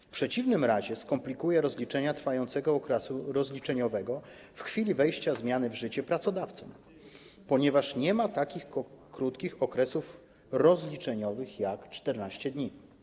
W przeciwnym razie skomplikuje pracodawcom rozliczenia trwającego okresu rozliczeniowego w chwili wejścia zmiany w życie, ponieważ nie ma takich krótkich okresów rozliczeniowych jak 14 dni.